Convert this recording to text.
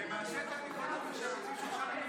שולחן הממשלה,